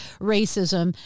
racism